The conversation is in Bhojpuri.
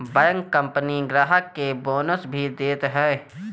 बैंक अपनी ग्राहक के बोनस भी देत हअ